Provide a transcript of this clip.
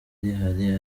rihari